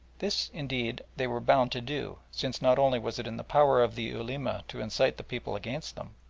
this, indeed, they were bound to do, since not only was it in the power of the ulema to incite the people against them,